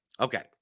Okay